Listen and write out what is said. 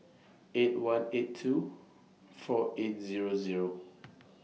eight one eight two four eight Zero Zero